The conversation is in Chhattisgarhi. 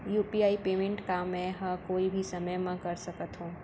यू.पी.आई पेमेंट का मैं ह कोई भी समय म कर सकत हो?